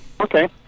Okay